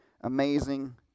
amazing